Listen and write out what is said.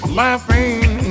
laughing